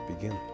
begin